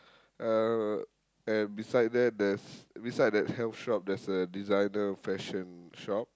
uh and beside there there's beside that health shop there's a designer fashion shop